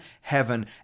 heaven